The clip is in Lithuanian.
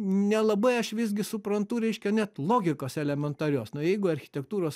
nelabai aš visgi suprantu reiškia net logikos elementarios nu jeigu architektūros